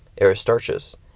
Aristarchus